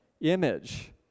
image